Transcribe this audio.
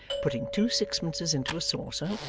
putting two sixpences into a saucer,